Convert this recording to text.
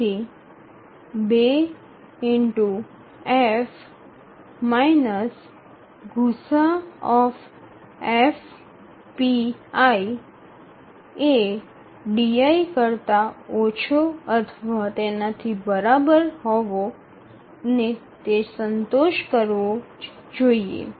તેથી 2F ગુસાઅF pi ≤ di ને સંતોષ કરવો જ જોઇએ